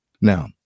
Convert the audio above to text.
Now